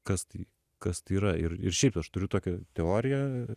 kas tai kas tai yra ir ir šiaip aš turiu tokią teoriją